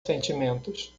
sentimentos